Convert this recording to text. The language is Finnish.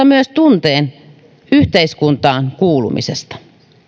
myös tunteen yhteiskuntaan kuulumisesta